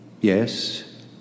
Yes